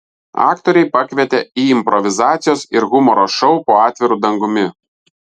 aktoriai pakvietė į improvizacijos ir humoro šou po atviru dangumi